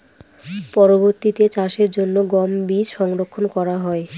পরবর্তিতে চাষের জন্য গম বীজ সংরক্ষন করা হয়?